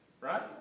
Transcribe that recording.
Right